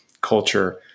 culture